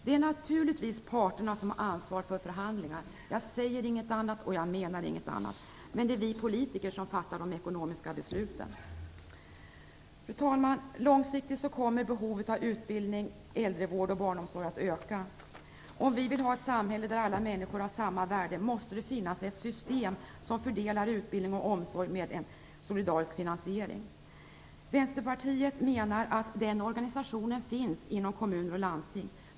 Det är naturligtvis parterna som har ansvar för förhandlingar. Jag säger inget annat och jag menar inget annat. Men det är vi politiker som fattar de ekonomiska besluten. Fru talman! Långsiktigt kommer behovet av utbildning, äldrevård och barnomsorg att öka. Om vi vill ha ett samhälle där alla människor har samma värde måste det finnas ett system som fördelar utbildning och omsorg med en solidarisk finansiering. Vänsterpartiet menar att den organisationen finns i kommuner och landsting.